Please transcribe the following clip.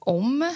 om